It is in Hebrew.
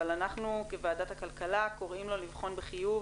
אבל אנחנו כוועדת הכלכלה קוראים לו לבחון בחיוב